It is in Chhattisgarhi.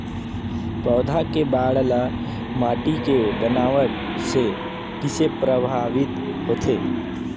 पौधा के बाढ़ ल माटी के बनावट से किसे प्रभावित होथे?